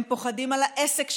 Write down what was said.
הם פוחדים על העסק שלהם,